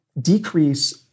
decrease